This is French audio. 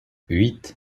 huit